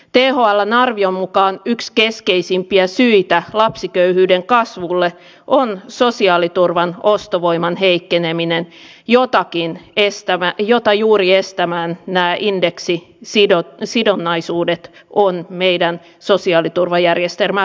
thln arvion mukaan yksi keskeisimpiä syitä lapsiköyhyyden kasvuun on sosiaaliturvan ostovoiman heikkeneminen jota estämään juuri on nämä indeksisidonnaisuudet on meidän sosiaaliturvajärjestelmäämme rakennettu